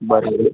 બરોબર